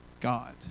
God